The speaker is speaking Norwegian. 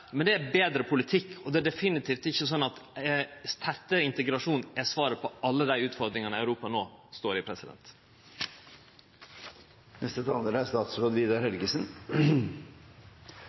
men betre politikk, og det er definitivt ikkje sånn at tettare integrasjon er svaret på alle dei utfordringane Europa no står